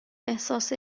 احساس